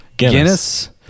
Guinness